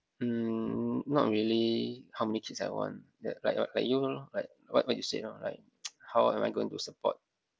mm not really how many kids I want like like what like you lor like what what you said lor like how am I going to support